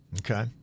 Okay